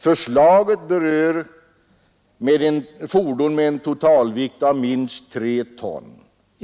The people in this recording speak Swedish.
Förslaget berör endast fordon med en totalvikt om minst tre ton.